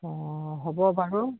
অঁ হ'ব বাৰু